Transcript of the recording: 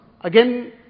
Again